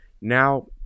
now